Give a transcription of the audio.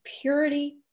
purity